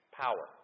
power